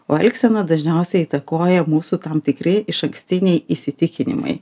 o elgseną dažniausiai įtakoja mūsų tam tikri išankstiniai įsitikinimai